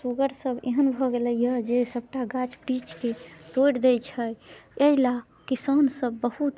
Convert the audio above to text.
सुगर सभ एहन भऽ गेलैए जे सभटा गाछ वृक्षके तोड़ि दै छै अइ लए किसान सभ बहुत